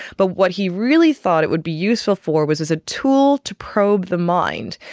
but what he really thought it would be useful for was as a tool to probe the mind.